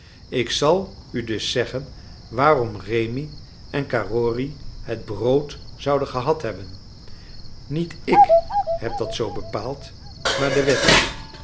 ik zal u dus zeggen waarom rémi en carrory het brood zouden gehad hebben niet ik heb dat zoo bepaald maar de wet